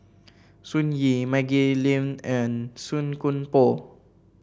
Sun Yee Maggie Lim and Song Koon Poh